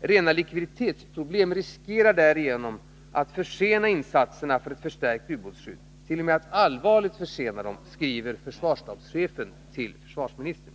Rena likviditetsproblem riskerar därigenom att allvarligt försena insatserna för ett förstärkt ubåtsskydd, skriver försvarsstabschefen till försvarsministern.